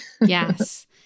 Yes